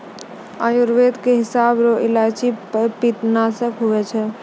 आयुर्वेद के हिसाब रो इलायची पित्तनासक हुवै छै